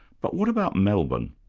but what about melbourne?